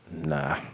Nah